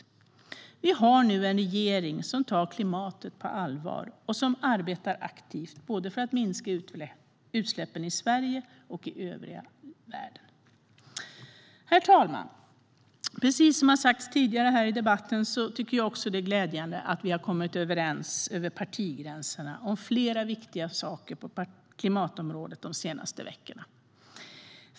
Vi har nu en regering som tar klimatet på allvar och som arbetar aktivt för att minska utsläppen både i Sverige och i övriga världen. Herr talman! Som det har sagts tidigare i debatten är det glädjande att vi de senaste veckorna har kommit överens över partigränserna om flera viktiga saker på klimatområdet.